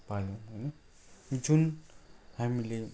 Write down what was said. पायौँ होइन जुन हामीले